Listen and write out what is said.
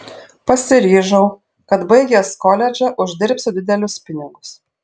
pasiryžau kad baigęs koledžą uždirbsiu didelius pinigus